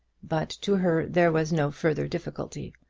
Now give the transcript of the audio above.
but to her there was no further difficulty.